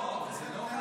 לא, זאת חובה.